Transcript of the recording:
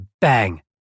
Bang